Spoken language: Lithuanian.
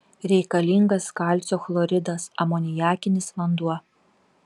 reikalingas kalcio chloridas amoniakinis vanduo